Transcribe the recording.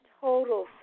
total